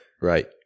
right